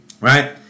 right